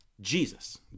Jesus